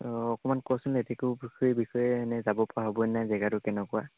অঁ অকণমান কচোন লেটেকু পুখুৰীৰ বিষয়ে এনেই যাব পৰা হ'ব নাই জেগাটো কেনেকুৱা